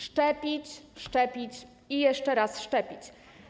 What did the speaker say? Szczepić, szczepić i jeszcze raz szczepić.